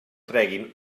treguin